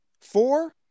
Four